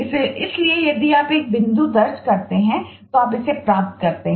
इसलिए यदि आप एक बिंदु दर्ज करते हैं तो आप इसे प्राप्त करते हैं